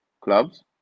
clubs